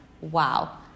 wow